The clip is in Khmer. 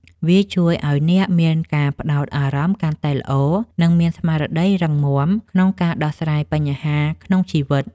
វាជួយឱ្យអ្នកមានការផ្ដោតអារម្មណ៍កាន់តែល្អ និងមានស្មារតីរឹងមាំក្នុងការដោះស្រាយបញ្ហាក្នុងជីវិត។